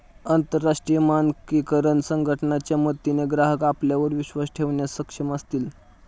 अंतरराष्ट्रीय मानकीकरण संघटना च्या मदतीने ग्राहक आपल्यावर विश्वास ठेवण्यास सक्षम असतील